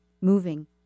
moving